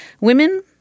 women